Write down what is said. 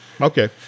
Okay